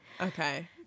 Okay